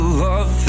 love